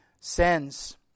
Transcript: sends